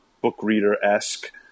book-reader-esque